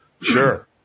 Sure